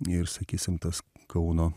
ir sakysim tas kauno